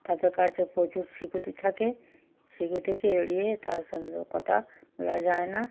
তাদের কাছে প্রচুর সিকিওরিটি থাকে সিকিওরিটিকে এড়িয়ে তাদের সঙ্গে কথা বলা যায় না